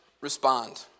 respond